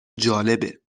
جالبه